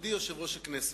מכובדי יושב-ראש הכנסת,